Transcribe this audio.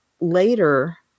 later